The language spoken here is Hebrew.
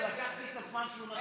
לקחתי את הזמן שהוא נתן לי.